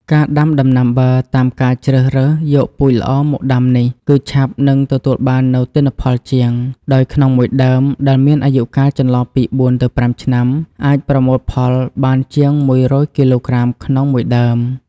ការដាំដំណាំប័រតាមការជ្រើសរើសយកពូជល្អមកដាំនេះ គឺឆាប់នឹងទទួលបាននូវទិន្នផលជាង ដោយក្នុង១ដើមដែលមានអាយុកាលចន្លោះពី៤ ទៅ ៥ឆ្នាំ អាចប្រមូលផលបានជាង ១០០គីឡូក្រាម ក្នុង ១ដើម។